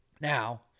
Now